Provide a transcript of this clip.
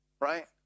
right